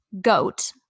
goat